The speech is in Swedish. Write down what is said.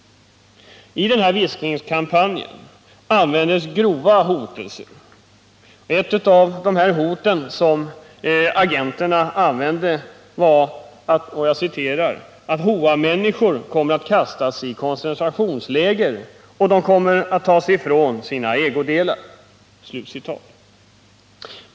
I den här viskningskampanjen användes grova hotelser. Ett av de hot som agenterna använde var att Hoamänniskor kommer att kastas i koncentrationsläger och att deras ägodelar kommer att tas ifrån dem.